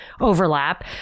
overlap